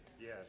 Yes